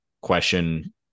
question